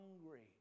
hungry